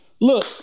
Look